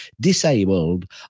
disabled